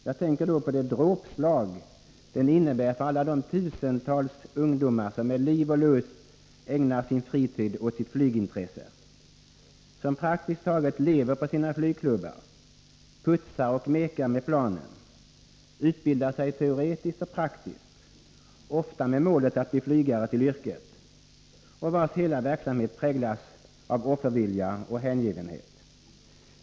Jag tänker på det dråpslag den innebär för alla de tusentals ungdomar som med liv och lust ägnar fritiden åt sitt flygintresse, som praktiskt taget bor på sina flygklubbar, putsar och ”mekar” med planen, utbildar sig teoretiskt och praktiskt — ofta med målet att bli flygare till yrket — och vars hela verksamhet präglas av offervilja och hängivenhet.